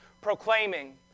proclaiming